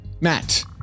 Matt